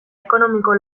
ekonomiko